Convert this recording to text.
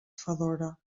fedora